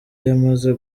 yamaze